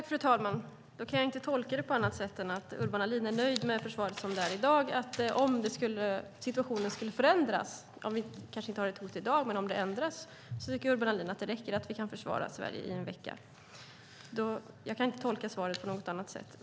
Fru talman! Jag kan inte tolka det på annat sätt än att Urban Ahlin är nöjd med dagens försvar och att det räcker att vi kan försvara Sverige i en vecka om hotbilden skulle förändras.